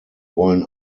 wollen